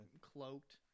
cloaked